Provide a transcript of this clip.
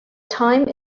time